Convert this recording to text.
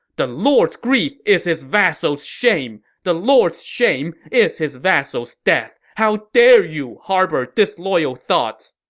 the lord's grief is his vassal's shame. the lord's shame is his vassal's death! how dare you harbor disloyal thoughts!